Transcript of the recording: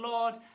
Lord